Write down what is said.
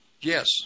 Yes